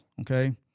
okay